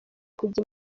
kujya